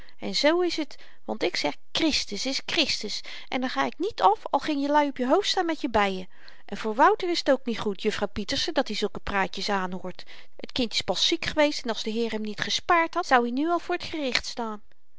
en z is het want ik zeg kristisss is kristisss en daar ga ik niet af al ging jelui op je hoofd staan met je beîen en voor wouter is t ook niet goed juffrouw pieterse dat-i zulke praatjes aanhoort t kind is pas ziek geweest en als de heer hem niet gespaard had zoud i nu al voor t gericht staan